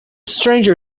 stranger